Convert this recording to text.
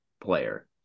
player